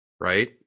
right